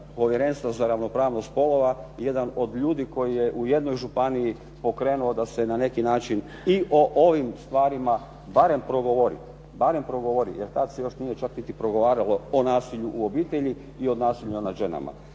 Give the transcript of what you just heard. Povjerenstva za ravnopravnost spolova, jedan od ljudi koji je u jednoj županiji okrenuo bi se na neki način i o ovim stvarima barem progovoriti, barem progovoriti, jer tad se čak nije niti progovaralo o nasilju u obitelji i od nasilja nad ženama.